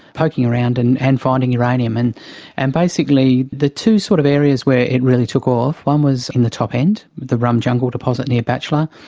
poking around and and finding uranium. and and basically the two sort of areas where it really took off, one was in the top end, the rum jungle deposit near batchelor,